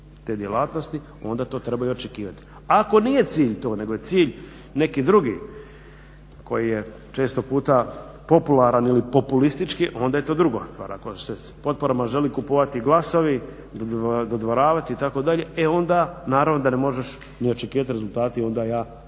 te djelatnosti onda to trebaju očekivati. Ako nije to, ako je cilj neki drugi koji je često puta popularan ili populistički onda je to druga stvar. Ako se potporama žele kupovati glasovi, dodvoravati itd. e onda naravno da ne možeš ni očekivati rezultate i onda ja